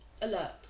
Alert